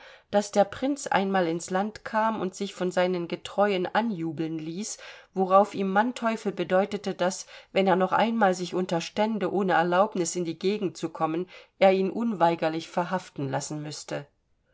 daß der prinz einmal ins land kam und sich von seinen getreuen anjubeln ließ worauf ihm manteuffel bedeutete daß wenn er noch einmal sich unterstände ohne erlaubnis in die gegend zu kommen er ihn unweigerlich verhaften lassen müßte